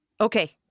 Okay